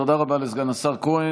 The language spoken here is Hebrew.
תודה רבה לסגן השר כהן.